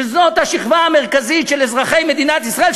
שזאת השכבה המרכזית של אזרחי מדינת ישראל,